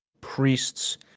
priests